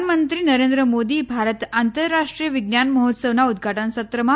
પ્રધાનમંત્રી નરેન્દ્ર મોદી ભારત આંતરરાષ્ટ્રીય વિજ્ઞાન મહોત્સવના ઉદઘાટન સત્રમાં